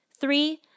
Three